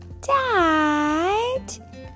Dad